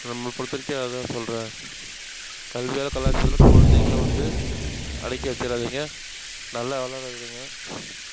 நம்மளை பொறுத்தவரைக்கும் அதுதான் சொல்கிறேன் கல்வியால் கலாச்சாரத்தால் குழந்தைகள வந்து அடக்கி வச்சுடாதீங்க நல்லா வளரவிடுங்க